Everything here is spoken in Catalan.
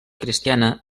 cristiana